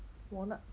walnut